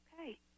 Okay